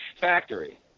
factory